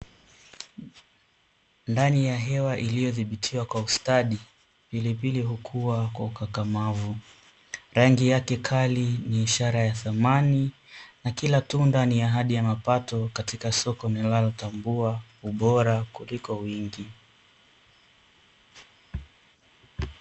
Ndani ya hewa iliyodhibitiwa kwa ustadi, pilipili hukua kwa ukakamavu, rangi yake kali ni ishara ya thamani, na kila tunda ni ahadi ya mapato katika soko linalotambua ubora kuliko wingi.